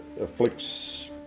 afflicts